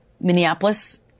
minneapolis